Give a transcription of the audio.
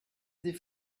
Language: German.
sie